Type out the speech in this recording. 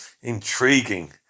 intriguing